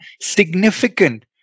significant